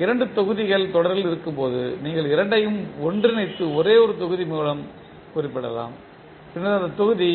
2 தொகுதிகள் தொடரில் இருக்கும்போது நீங்கள் இரண்டையும் ஒன்றிணைத்து ஒரே ஒரு தொகுதி மூலம் குறிப்பிடலாம் பின்னர் அந்த தொகுதி